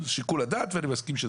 זה שיקול דעתה ואני מסכים.